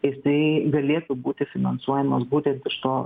tai jisai galėtų būti finansuojamas būtent iš to